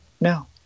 now